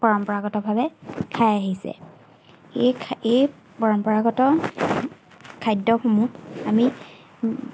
পৰম্পৰাগতভাৱে খাই আহিছে এই এই পৰম্পৰাগত খাদ্যসমূহ আমি